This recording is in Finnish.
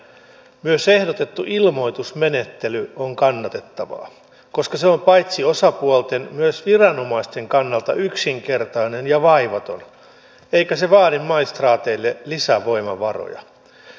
myös ehdotettu ilmoitusmenettely on kannatettava koska se on paitsi osapuolten myös viranomaisten kannalta yksinkertainen ja vaivaton eikä se vaadi maistraateille lisävoimavaroja